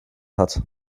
hat